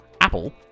Apple